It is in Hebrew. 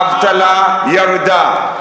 האבטלה ירדה.